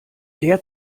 der